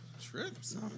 trips